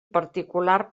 particular